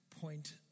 point